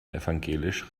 evangelisch